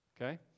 okay